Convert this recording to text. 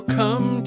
come